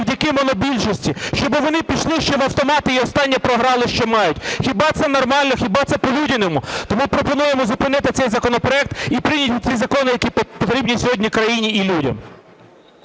завдяки монобільшості, щоб вони пішли ще на автомати і останнє програли, що мають. Хіба це нормально, хіба це по-людяному? Тому пропонуємо зупинити цей законопроект і прийняти закони, які потрібні сьогодні країні і людям.